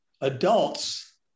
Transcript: adults